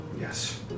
yes